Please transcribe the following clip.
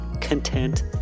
content